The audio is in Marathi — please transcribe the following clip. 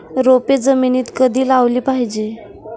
रोपे जमिनीत कधी लावली पाहिजे?